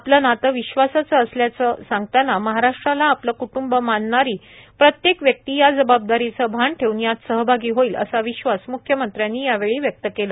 आपले नाते विश्वासाचे असल्याचंही सांगतांना महाराष्ट्राला आपलं कृटुंब मानणारी प्रत्येक व्यक्ती या जबाबदारीचं भान ठेऊन यात सहभागी होईल असा विश्वास मुख्यमंत्र्यांनी यावेळी व्यक्त केला